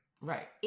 Right